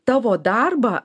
tavo darbą